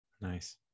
nice